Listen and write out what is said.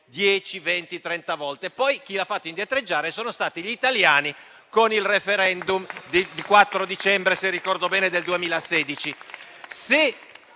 un millimetro, ma poi chi l'ha fatto indietreggiare sono stati gli italiani con il *referendum* del 4 dicembre del 2016.